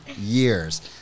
years